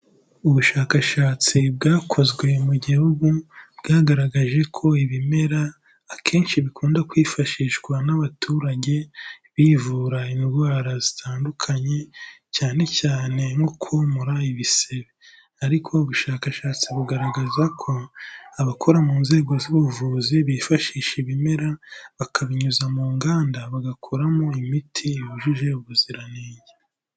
Ubushakashatsi bwakozwe mu gihugu, bwagaragaje ko ibimera akenshi bikunda kwifashishwa n'abaturage, bivura indwara zitandukanye, cyane cyane nko komora ibisebe, ariko ubushakashatsi bugaragaza ko abakora mu nzego z'ubuvuzi bifashisha ibimera, bakabinyuza mu nganda bagakoramo imiti yujuje ubuziranenge.